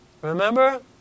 Remember